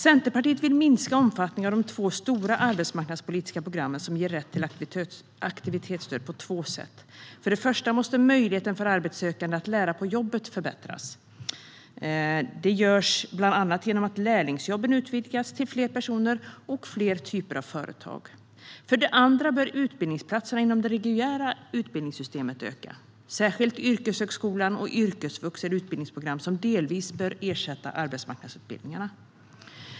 Centerpartiet vill minska omfattningen av de två stora arbetsmarknadspolitiska programmen som ger rätt till aktivitetsstöd på två sätt. För det första måste möjligheten för arbetssökande att lära på jobbet förbättras. Det görs bland annat genom att lärlingsjobben utvidgas till fler personer och fler typer av företag. För det andra bör utbildningsplatserna inom det reguljära utbildningssystemet öka. Särskilt yrkeshögskolan och yrkesvux är utbildningsprogram som delvis bör ersätta arbetsmarknadsutbildningarna.